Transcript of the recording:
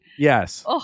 Yes